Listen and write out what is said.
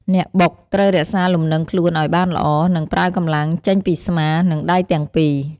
អ្នកបុកត្រូវរក្សាលំនឹងខ្លួនឱ្យបានល្អ និងប្រើកម្លាំងចេញពីស្មា និងដៃទាំងពីរ។